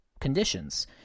conditions